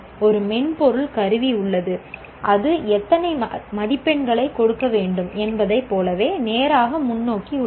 ஒரு மென்பொருள் கருவி உள்ளது அது எத்தனை மதிப்பெண்களைக் கொடுக்க வேண்டும் என்பதைப் போலவே நேராக முன்னோக்கி உள்ளது